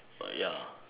but ya